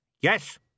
Yes